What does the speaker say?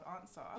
answer